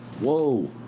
Whoa